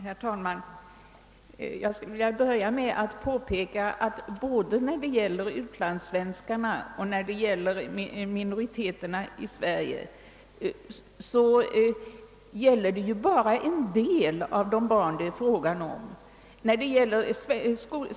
Herr talman! Jag vill börja med att påpeka att propositionens förslag endast berör en del av barnen till utlandssvenskar och till minoriteter i Sverige.